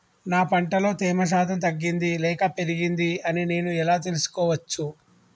నా పంట లో తేమ శాతం తగ్గింది లేక పెరిగింది అని నేను ఎలా తెలుసుకోవచ్చు?